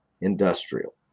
industrial